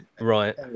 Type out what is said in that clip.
Right